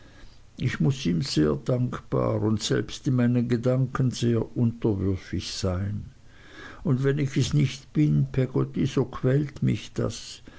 ich muß ihm sehr dankbar und selbst in meinen gedanken sehr unterwürfig sein und wenn ich es nicht bin peggotty so quält mich das